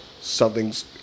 something's